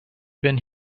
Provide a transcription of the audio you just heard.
been